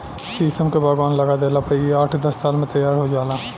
शीशम के बगवान लगा देला पर इ आठ दस साल में तैयार हो जाला